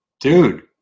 Dude